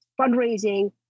fundraising